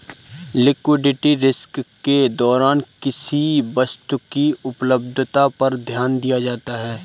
liquidity risk के दौरान किसी वस्तु की उपलब्धता पर ध्यान दिया जाता है